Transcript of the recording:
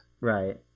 Right